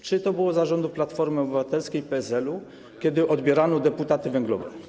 Czy to było za rządów Platformy Obywatelskiej i PSL-u, kiedy odbierano deputaty węglowe?